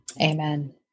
Amen